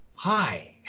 Hi